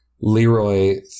Leroy